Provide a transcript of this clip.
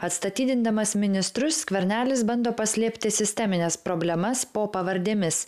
atstatydindamas ministrus skvernelis bando paslėpti sistemines problemas po pavardėmis